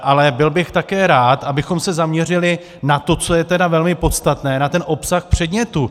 Ale byl bych také rád, abychom se zaměřili na to, co je velmi podstatné, na ten obsah předmětu.